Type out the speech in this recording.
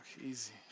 Easy